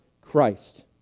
Christ